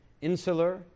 insular